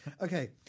Okay